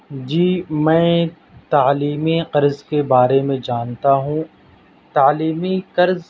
جی میں تعلیم قرض کے بارے میں جانتا ہوں تعلیمی قرض